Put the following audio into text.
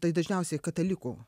tai dažniausiai katalikų